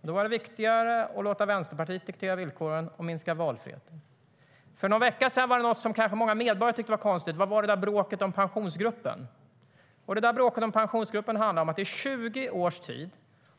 Men då var det viktigare att låta Vänsterpartiet diktera villkoren och minska valfriheten. För någon vecka sedan var det något som kanske många medborgare tyckte var konstigt. Vad handlade det där bråket om Pensionsgruppen om? Bråket om Pensionsgruppen handlade om detta: I 20 års tid